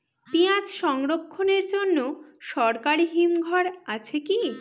পিয়াজ সংরক্ষণের জন্য সরকারি হিমঘর আছে কি?